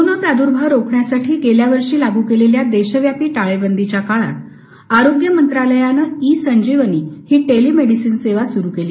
corona प्रादुर्भाव रोखण्यासाठी गेल्या वर्षी लागू केलेल्या देशव्यापी टाळेबंदीच्या काळात आरोग्य मंत्रालयानं ई संजीवनी ही टेली मेडिसीन सेवा सुरू केली